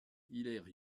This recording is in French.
hilaire